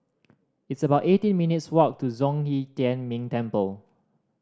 it's about eighteen minutes' walk to Zhong Yi Tian Ming Temple